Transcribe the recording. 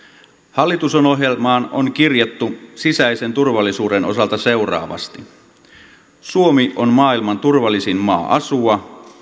hallitusohjelmaan on kirjattu sisäisen turvallisuuden osalta seuraavasti suomi on maailman turvallisin maa asua